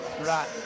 Right